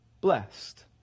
blessed